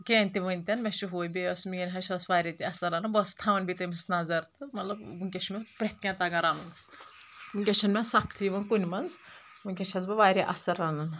کینٛہہ تہِ ؤنۍ تن مےٚ چھُ ہُہ بییٚہِ ٲس میٲنۍ ہش ٲس واریاہ تہِ اصٕل رنان بہٕ ٲسس تھاوان بییٚہِ تٔمِس نظر تہٕ مطلب ونکیٚس چھُ مےٚ پرٮ۪تھ کینٛہہ تگان رنُن ونۍکیس چھنہٕ مےٚ سختی یِوان کُنہِ منٛز ونۍکیس چھس بہٕ واریاہ اصٕل رنان